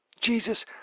Jesus